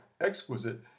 exquisite